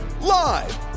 Live